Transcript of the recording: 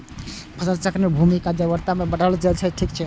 फसल चक्र सं भूमिक उर्वरता बढ़ै छै आ माटिक सेहत ठीक रहै छै